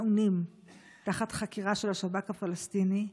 מעונים תחת חקירה של השב"כ הפלסטיני,